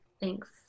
Thanks